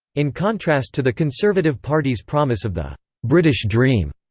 in contrast to the conservative party's promise of the british dream.